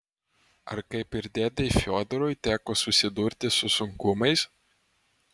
ar kaip ir dėdei fiodorui teko susidurti su sunkumais